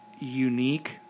unique